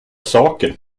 saker